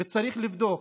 וצריך לבדוק,